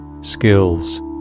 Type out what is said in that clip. skills